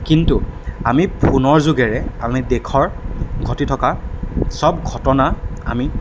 কিন্তু আমি ফোনৰ যোগেৰে আমি দেশৰ ঘটি থকা চব ঘটনা আমি